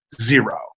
zero